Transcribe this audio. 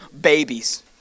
babies